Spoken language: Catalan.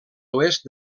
oest